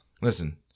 Listen